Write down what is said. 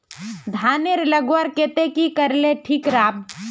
धानेर लगवार केते की करले ठीक राब?